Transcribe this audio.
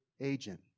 agent